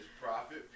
Profit